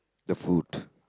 the food